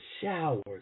showers